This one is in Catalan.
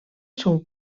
són